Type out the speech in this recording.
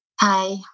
Hi